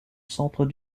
centre